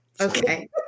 Okay